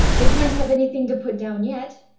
they can't have anything to put down yet,